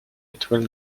étoile